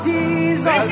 Jesus